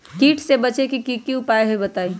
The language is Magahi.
कीट से बचे के की उपाय हैं बताई?